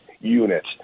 units